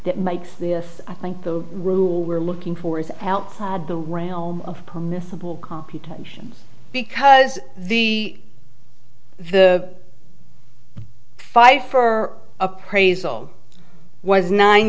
that makes this i think the rule we're looking for is outside the realm of permissible computations because the the pfeifer appraisal was nine